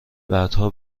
بعدها